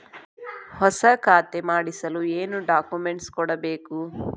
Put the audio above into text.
ಹೊಸ ಖಾತೆ ಮಾಡಿಸಲು ಏನು ಡಾಕುಮೆಂಟ್ಸ್ ಕೊಡಬೇಕು?